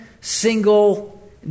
single